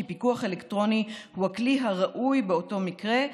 פיקוח אלקטרוני הוא הכלי הראוי באותו מקרה,